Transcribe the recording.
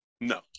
No